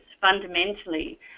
fundamentally